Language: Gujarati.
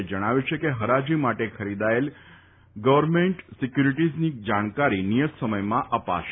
એ જણાવ્યું છે કે ફરાજી વડે ખરીદાયેલ ગવર્મેન્ટ સિક્યુરિટીઝની જાણકારી નિયત સમયમાં અપાશે